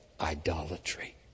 idolatry